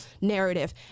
narrative